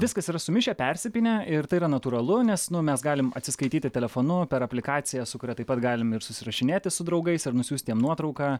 viskas yra sumišę persipynę ir tai yra natūralu nes nu mes galim atsiskaityti telefonu per aplikaciją su kuria taip pat galim ir susirašinėti su draugais ir nusiųst nuotrauką